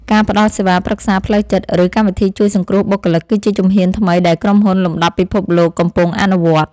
ការផ្តល់សេវាប្រឹក្សាផ្លូវចិត្តឬកម្មវិធីជួយសង្គ្រោះបុគ្គលិក គឺជាជំហានថ្មីដែលក្រុមហ៊ុនលំដាប់ពិភពលោកកំពុងអនុវត្ត។